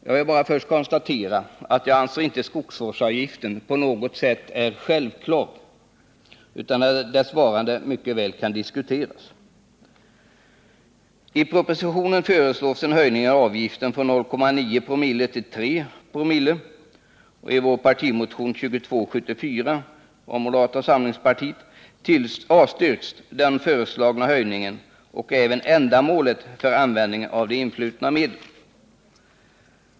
Jag vill börja med att konstatera att jag inte anser att skogsvårdsavgiften på något sätt är självklar, utan dess vara eller inte vara kan mycket väl diskuteras. I propositionen föreslås en höjning av avgiften från 0,9 ? oo, och i vår partimotion 2274 från moderata samlingspartiet avstyrks den föreslagna höjningen och även ändamålet med de influtna medlen.